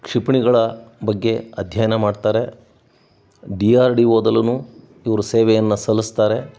ಕ್ಷಿಪಣಿಗಳ ಬಗ್ಗೆ ಅಧ್ಯಯನ ಮಾಡ್ತಾರೆ ಡಿ ಆರ್ ಡಿ ಓದಲ್ಲೂ ಇವ್ರ ಸೇವೆಯನ್ನು ಸಲ್ಲಿಸ್ತಾರೆ